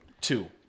two